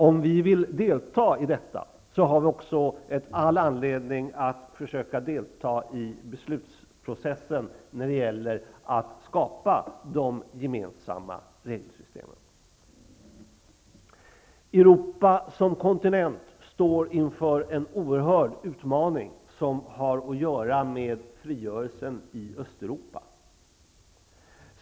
Om vi vill delta i detta har vi också all anledning att försöka delta i beslutsprocessen när de gemensamma regelsystemen skapas. Europa som kontinent står inför en oerhörd utmaning som har att göra med frigörelsen i Östeuropa.